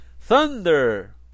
Thunder